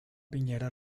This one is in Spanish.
piñera